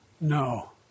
No